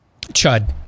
Chud